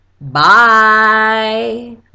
Bye